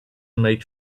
made